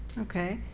okay.